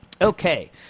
Okay